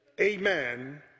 amen